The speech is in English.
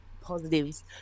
positives